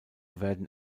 werden